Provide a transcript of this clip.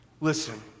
Listen